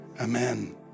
Amen